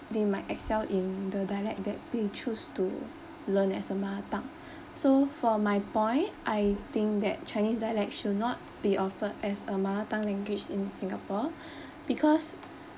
they might excel in the dialect that they choose to learn as a mother tongue so for my point I think that chinese dialect should not be offered as a mother tongue language in singapore because